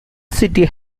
city